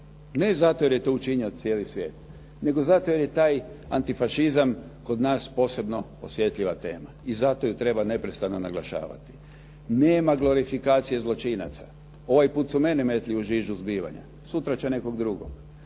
ne zato jer je to učinio cijeli svijet, nego zato jer je taj antifašizam kod nas posebno osjetljiva tema i zato je treba neprestano naglašavati. Nema glorifikacije zločinaca. Ovaj put su mene metli u žižu zbivanja. Sutra će nekog drugog.